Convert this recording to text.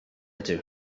ydw